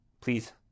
please